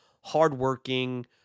hardworking